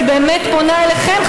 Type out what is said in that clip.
אני באמת פונה אליכן,